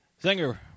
Zinger